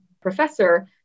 professor